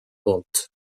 poolt